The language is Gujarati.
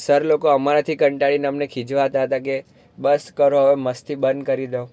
સર લોકો અમારાથી કંટાળીને અમને ખિજવાતા હતા કે બસ કરો હવે મસ્તી બંધ કરી દો